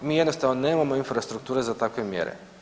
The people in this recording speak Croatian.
Mi jednostavno nemamo infrastrukture za takve mjere.